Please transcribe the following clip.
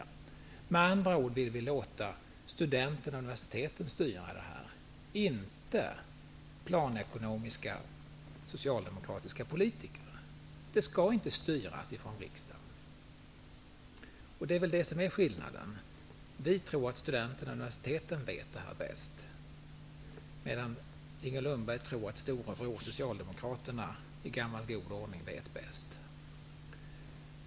Vi vill med andra ord låta studenterna och universiteten och inte planekonomiska socialdemokratiska politiker styra. Det skall inte styras från riksdagen. Det är väl det som är skillnaden. Vi tror att studenterna och universiteten vet bäst, medan Inger Lundberg tror att storebror Socialdemokraterna i gammal god ordning vet bäst.